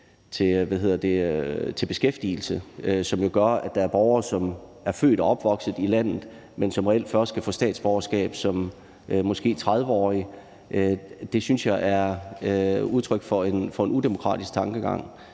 til beskæftigelse – og som jo gør, at der er borgere, som er født og opvokset i landet, men som reelt først kan få statsborgerskab som måske 30-årige – er udtryk for en udemokratisk tankegang.